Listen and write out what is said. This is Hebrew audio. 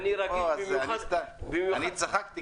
צחקתי.